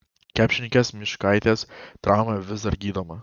krepšininkės myškaitės trauma vis dar gydoma